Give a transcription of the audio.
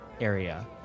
area